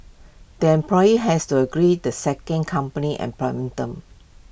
the employee has to agree the second company's employment terms